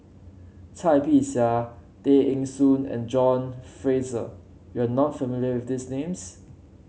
Cai Bixia Tay Eng Soon and John Fraser you are not familiar with these names